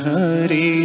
Hari